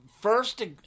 First